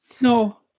no